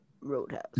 roadhouse